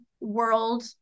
World